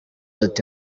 ati